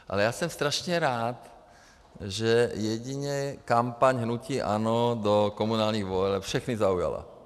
Ale jsem strašně rád, že jedině kampaň hnutí ANO do komunálních voleb všechny zaujala.